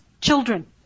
children